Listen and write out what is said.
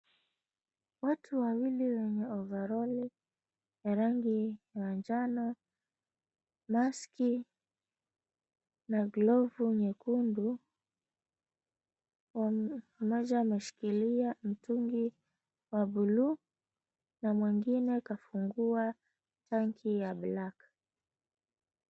Watu wawili wenye ovaroli ya rangi ya njano maski na glovu nyekundu. Mmoja ameshikilia mtungi wa buluu na mwengine kafungua tangi ya black .